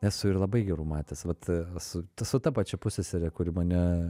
esu ir labai gerų matęs vat su su ta pačia pussesere kuri mane